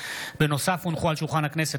הצעת חוק הביטוח הלאומי (תיקון,